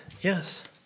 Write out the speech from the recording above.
Yes